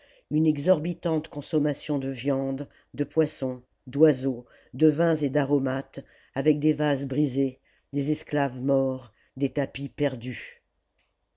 une exorbitante consommation de viandes de poissons d'oiseaux de vins et d'aromates avec des vases brisés des esclaves morts des tapis perdus